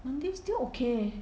Monday still ok